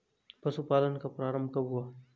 पशुपालन का प्रारंभ कब हुआ?